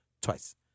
twice